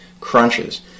crunches